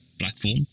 platform